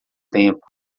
tempo